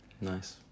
Nice